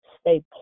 stay